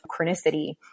chronicity